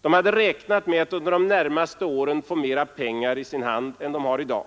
De hade räknat med att under de närmaste åren få mera pengar i sin hand än de har i dag.